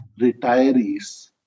retirees